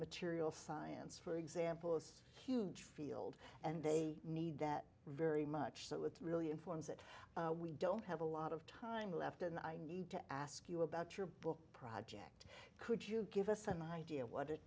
materials science for example was a huge field and they need that very much so it really informs that we don't have a lot of time left and i need to ask you about your book project could you give us an idea of what it